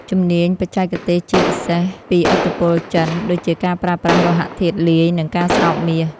ជំនាញបច្ចេកទេស ជាពិសេសពីឥទ្ធិពលចិន ដូចជាការប្រើប្រាស់លោហៈធាតុលាយ និងការស្រោបមាស។